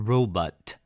Robot